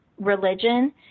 religion